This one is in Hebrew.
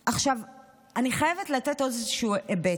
אני חייבת לתת עוד איזשהו היבט.